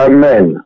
Amen